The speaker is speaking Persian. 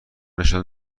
نشان